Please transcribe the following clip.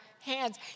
hands